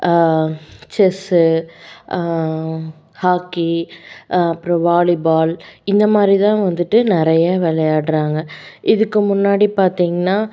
chess hockey அப்றம் volleyball இந்த மாதிரி தான் வந்துவிட்டு நிறைய விளையாட்றாங்க இதுக்கு முன்னாடி பார்த்தீங்கன்னா